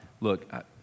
look